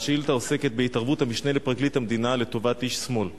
השאילתא עוסקת בהתערבות המשנה לפרקליט המדינה לטובת איש שמאל.